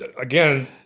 again